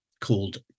called